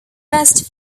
best